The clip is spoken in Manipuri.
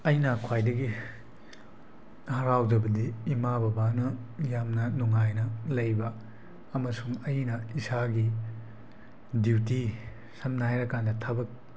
ꯑꯩꯅ ꯈ꯭ꯋꯥꯏꯗꯒꯤ ꯍꯔꯥꯎꯖꯕꯗꯤ ꯏꯃꯥ ꯕꯕꯥꯅ ꯌꯥꯝꯅ ꯅꯨꯡꯉꯥꯏꯅ ꯂꯩꯕ ꯑꯃꯁꯨꯡ ꯑꯩꯅ ꯏꯁꯥꯒꯤ ꯗ꯭ꯌꯨꯇꯤ ꯁꯝꯅ ꯍꯥꯏꯔꯀꯥꯟꯗ ꯊꯕꯛ